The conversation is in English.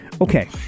Okay